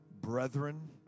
Brethren